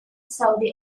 saudi